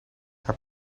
haar